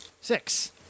Six